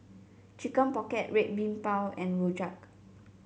Chicken Pocket Red Bean Bao and Rojak